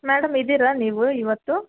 madam ಇದ್ದೀರಾ ನೀವು ಇವತ್ತು